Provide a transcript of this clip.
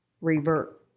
revert